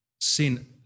sin